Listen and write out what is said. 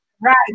Right